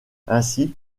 ainsi